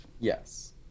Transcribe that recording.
yes